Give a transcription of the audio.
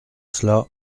cela